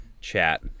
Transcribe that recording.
chat